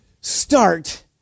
start